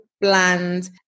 bland